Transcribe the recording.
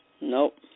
Nope